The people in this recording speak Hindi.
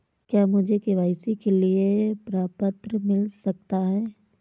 क्या मुझे के.वाई.सी के लिए प्रपत्र मिल सकता है?